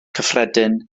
cyffredin